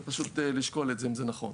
פשוט לשקול את זה אם זה נכון.